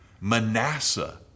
Manasseh